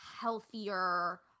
healthier